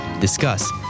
discuss